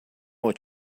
what